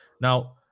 Now